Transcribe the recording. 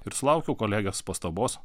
ir sulaukiau kolegės pastabos